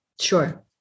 Sure